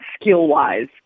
skill-wise